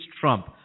Trump